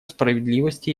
справедливости